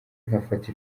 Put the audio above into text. nkafata